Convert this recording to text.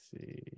see